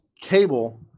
cable